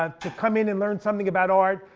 ah to come in and learn something about art,